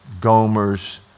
Gomer's